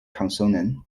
consonant